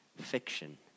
fiction